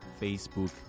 Facebook